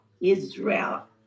Israel